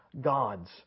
God's